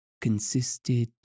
consisted